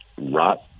rot